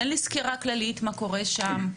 תן לי סקירה כללית מה קורה שם.